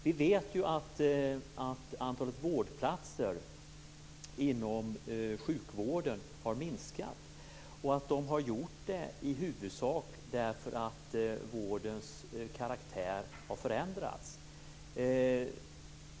Vi vet ju att antalet vårdplatser inom sjukvården har minskat och att det i huvudsak beror på att vårdens karaktär har förändrats.